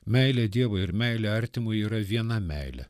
meilė dievui ir meilė artimui yra viena meilė